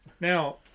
Now